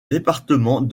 département